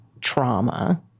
trauma